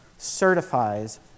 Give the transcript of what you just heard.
certifies